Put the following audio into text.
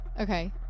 Okay